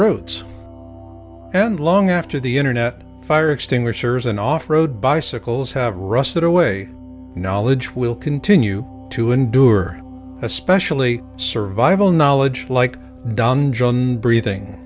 roots and long after the internet fire extinguishers and off road bicycles have rusted away knowledge will continue to endure especially survival knowledge like